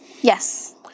Yes